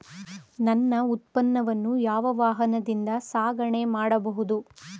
ನನ್ನ ಉತ್ಪನ್ನವನ್ನು ಯಾವ ವಾಹನದಿಂದ ಸಾಗಣೆ ಮಾಡಬಹುದು?